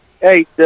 Hey